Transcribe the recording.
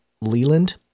Leland